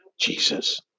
jesus